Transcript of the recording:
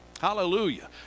Hallelujah